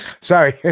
sorry